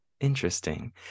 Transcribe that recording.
Interesting